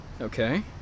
Okay